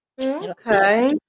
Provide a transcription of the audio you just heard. Okay